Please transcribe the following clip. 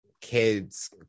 kids